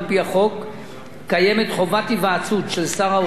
קיימת חובת היוועצות של שר האוצר בוועדת הכספים,